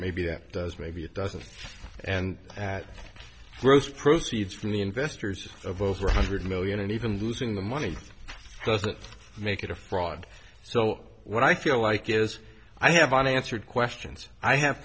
maybe it does maybe it doesn't and that gross proceeds from the investors of over one hundred million and even losing the money doesn't make it a fraud so when i feel like it is i have unanswered questions i have